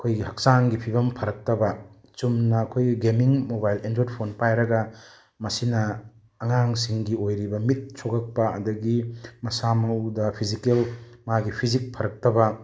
ꯑꯩꯈꯣꯏꯒꯤ ꯍꯛꯆꯥꯡꯒꯤ ꯐꯤꯕꯝ ꯐꯔꯛꯇꯕ ꯆꯨꯝꯅ ꯑꯩꯈꯣꯏꯒꯤ ꯒꯦꯝꯃꯤꯡ ꯃꯣꯕꯥꯏꯜ ꯑꯦꯟꯗ꯭ꯔꯣꯏꯠ ꯐꯣꯟ ꯄꯥꯏꯔꯒ ꯃꯁꯤꯅ ꯑꯉꯥꯡꯁꯤꯡꯒꯤ ꯑꯣꯏꯔꯤꯕ ꯃꯤꯠ ꯁꯣꯛꯂꯛꯄ ꯑꯗꯨꯗꯒꯤ ꯃꯁꯥ ꯃꯎꯗ ꯐꯤꯖꯤꯀꯦꯜ ꯃꯥꯒꯤ ꯐꯤꯖꯤꯛ ꯐꯔꯛꯇꯕ